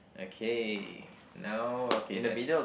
okay now okay let's